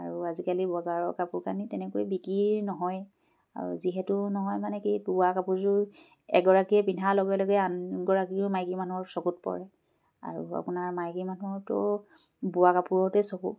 আৰু আজিকালি বজাৰৰ কাপোৰ কানি তেনেকৈ বিক্ৰীৰ নহয় আৰু যিহেতু নহয় মানে কি বোৱা কাপোৰযোৰ এগৰাকীয়ে পিন্ধাৰ লগে লগে আনগৰাকীয়েও মাইকী মানুহৰ চকুত পৰে আৰু আপোনাৰ মাইকী মানুহৰতো বোৱা কাপোৰতেই চকু